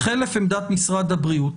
חלף עמדת משרד הבריאות."